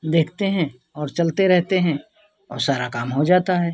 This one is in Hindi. देखते हैं और चलते रहते हैं और सारा काम हो जाता है